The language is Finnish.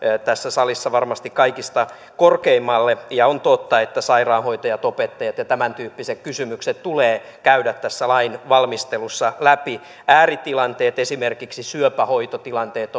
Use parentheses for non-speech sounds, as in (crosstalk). tässä salissa varmasti kaikista korkeimmalle ja on totta että sairaanhoitajat opettajat ja tämäntyyppiset kysymykset tulee käydä tässä lain valmistelussa läpi ääritilanteet esimerkiksi syöpähoitotilanteet (unintelligible)